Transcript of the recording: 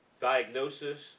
diagnosis